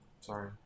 Sorry